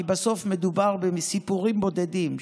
כי בסוף מדובר בסיפורים בודדים,